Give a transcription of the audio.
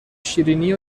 شیرینی